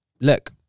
look